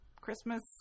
Christmas